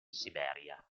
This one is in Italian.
siberia